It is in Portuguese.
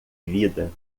vida